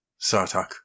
Sartak